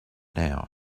now